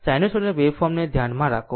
sinusoidal waveform ને ધ્યાનમાં રાખો